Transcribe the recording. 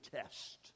test